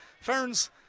Ferns